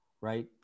right